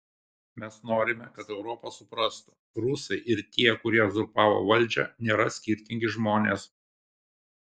mes norime kad europa suprastų rusai ir tie kurie uzurpavo valdžią nėra skirtingi žmonės